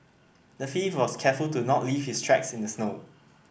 the thief was careful to not leave his tracks in the snow